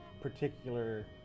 particular